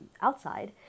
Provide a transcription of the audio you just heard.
outside